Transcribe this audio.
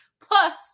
Plus